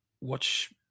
Watch